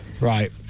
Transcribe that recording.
Right